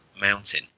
mountain